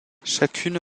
chacune